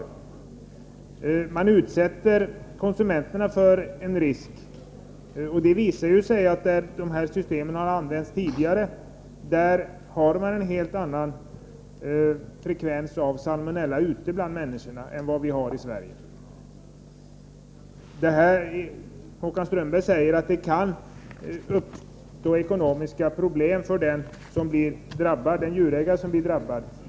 Man utsätter konsumenterna för en risk. Det har visat sig att det där dessa system tidigare har använts är en helt annan frekvens av salomonella ute bland människorna än i Sverige. Håkan Strömberg säger att det kan uppstå ekonomiska problem för den djurägare som blir drabbad.